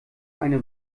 eine